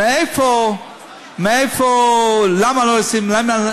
למה לא אשים?